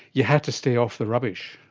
you had to stay off the rubbish.